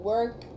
Work